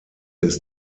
ist